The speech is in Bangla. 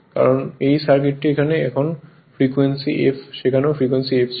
কারণ এই সার্কিটটি এখানে এখন ফ্রিকোয়েন্সি f সেখানেও ফ্রিকোয়েন্সি f ছিল